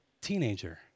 Teenager